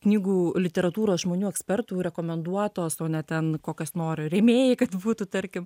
knygų literatūros žmonių ekspertų rekomenduotos o ne ten kokias nori rėmėjai kad būtų tarkim